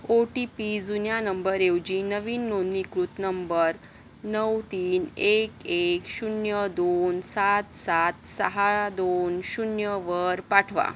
ओ T P जुन्या नंबरऐवजी नवीन नोंदणीकृत नंबर नऊ तीन एक एक शून्य दोन सात सात सहा दोन शून्यवर पाठवा